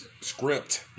script